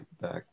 back